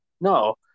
No